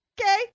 Okay